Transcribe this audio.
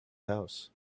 house